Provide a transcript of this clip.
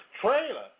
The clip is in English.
trailer